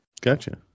Gotcha